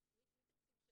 התקציב.